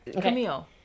Camille